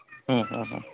হুম হুম হুম